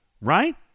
right